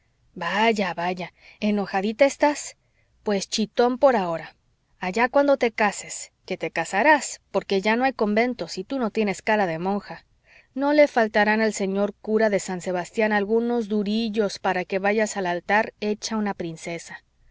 vaya vaya enojadita estás pues chitón por ahora allá cuando te cases que te casarás porque ya no hay conventos y tú no tienes cara de monja no le faltarán al señor cura de san sebastián algunos durillos para que vayas al altar hecha una princesa